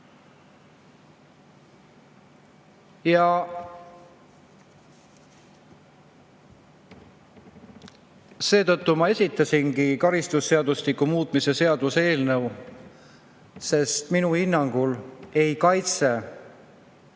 Seetõttu ma esitasingi karistusseadustiku muutmise seaduse eelnõu. Minu hinnangul ei kaitse